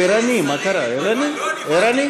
סעיפים 9 12, כהצעת הוועדה, נתקבלו.